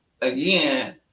again